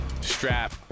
strap